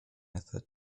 method